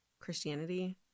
Christianity